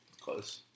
close